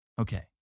Okay